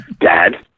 Dad